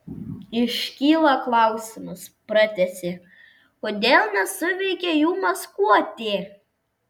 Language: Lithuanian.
iškyla klausimas pratęsė kodėl nesuveikė jų maskuotė